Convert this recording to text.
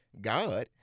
God